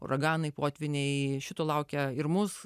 uraganai potvyniai šito laukia ir mus